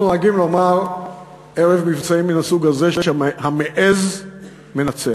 אנחנו נוהגים לומר ערב מבצעים מהסוג הזה שהמעז מנצח.